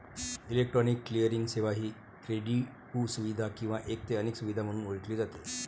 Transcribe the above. electronic clearing सेवा ही क्रेडिटपू सुविधा किंवा एक ते अनेक सुविधा म्हणून ओळखली जाते